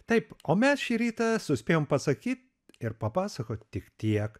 taip o mes šį rytą suspėjom pasakyt ir papasakot tik tiek